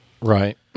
Right